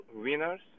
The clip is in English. winners